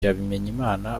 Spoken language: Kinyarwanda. bimenyimana